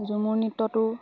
ঝুমুৰ নৃত্যটো